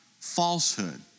falsehood